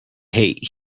hate